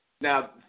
Now